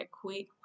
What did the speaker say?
quick